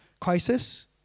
Crisis